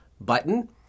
button